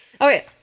Okay